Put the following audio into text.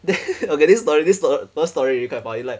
then okay this story this story love story really quite funny like